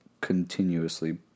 continuously